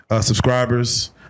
subscribers